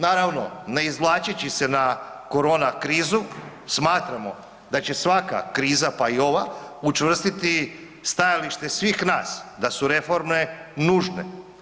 Naravno ne izvlačeći se na korona krizu smatramo da će svaka kriza, pa i ova učvrstiti stajalište svih nas da su reforme nužne.